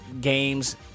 games